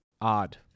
odd